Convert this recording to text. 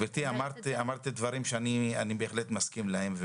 אמרת דברים שאני בהחלט מסכים להם,